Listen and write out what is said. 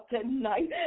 tonight